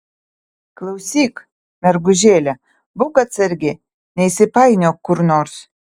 klausyk mergužėle būk atsargi neįsipainiok kur nors